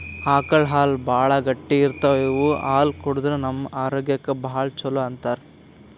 ಆಕಳ್ ಹಾಲ್ ಭಾಳ್ ಗಟ್ಟಿ ಇರ್ತವ್ ಇವ್ ಹಾಲ್ ಕುಡದ್ರ್ ನಮ್ ಆರೋಗ್ಯಕ್ಕ್ ಭಾಳ್ ಛಲೋ ಅಂತಾರ್